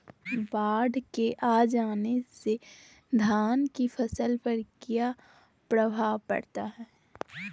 बाढ़ के आ जाने से धान की फसल पर किया प्रभाव पड़ता है?